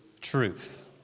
truth